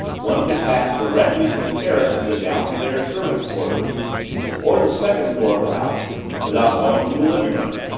one could pass directly from the terrace to the downstairs service quarters or the second floor of the house without going through the living-room,